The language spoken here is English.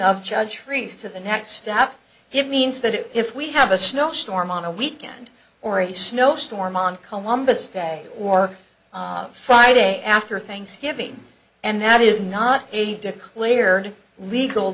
of judge trees to the next step it means that if we have a snow storm on a weekend or a snowstorm on columbus day or friday after thanksgiving and that is not a declared legal